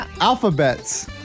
Alphabets